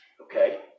okay